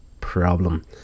problem